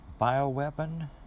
bioweapon